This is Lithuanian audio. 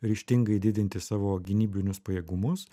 ryžtingai didinti savo gynybinius pajėgumus